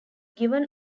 given